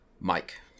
Mike